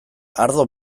ardo